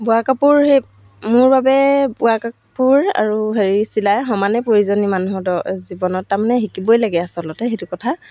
বোৱা কাপোৰ সেই মোৰ বাবে বোৱা কাপোৰ আৰু হেৰি চিলাই সমানে প্ৰয়োজনীয় মানুহৰ দ জীৱনত তাৰমানে শিকিবই লাগে আচলতে সেইটো কথা